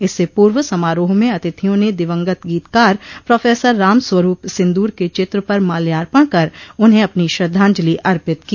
इससे पूर्व समारोह में अतिथियों ने दिवंगत गीतकार प्रोफेसर राम स्वरूप सिन्दूर के चित्र पर माल्यार्पण कर उन्हें अपनी श्रद्वाजंलि अर्पित की